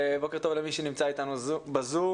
בוקר טוב למי שנמצא איתנו בזום.